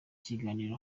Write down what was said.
kiganiro